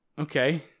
Okay